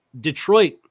Detroit